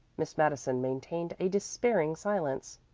miss madison maintained a despairing silence.